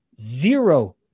Zero